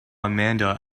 amanda